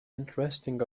interesting